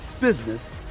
business